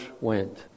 went